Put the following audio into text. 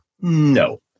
no